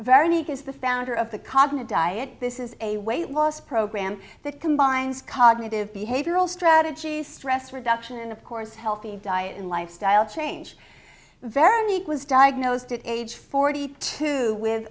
founder of the cognate diet this is a weight loss program that combines cognitive behavioral strategy stress reduction and of course healthy diet and lifestyle change very meek was diagnosed at age forty two with